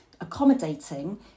accommodating